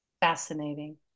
Fascinating